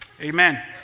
Amen